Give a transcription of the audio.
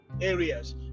areas